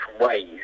ways